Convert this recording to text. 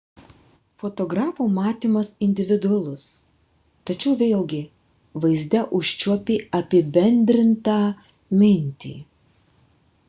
fotografo matymas individualus tačiau vėlgi vaizde užčiuopi apibendrintą mintį